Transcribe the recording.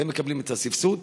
והם מקבלים את הסבסוד.